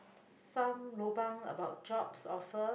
some lobang about jobs offer